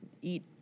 eat